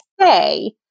say